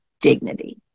dignity